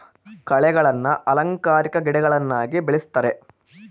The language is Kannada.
ಕಳೆಗಳನ್ನ ಅಲಂಕಾರಿಕ ಗಿಡಗಳನ್ನಾಗಿ ಬೆಳಿಸ್ತರೆ